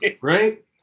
Right